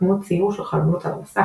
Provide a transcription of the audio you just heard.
כמו ציור של חלונות על המסך,